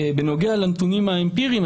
בנוגע לנתונים האמפיריים,